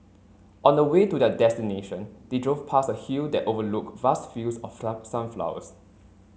on the way to their destination they drove past a hill that overlooked vast fields of sunflowers